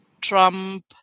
Trump